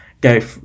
go